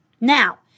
Now